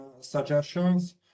suggestions